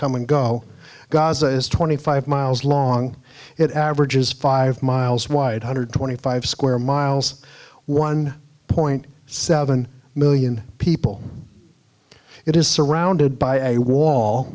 come and go gaza is twenty five miles long it averages five miles wide hundred twenty five square miles one point seven million people it is surrounded by a wall